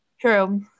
True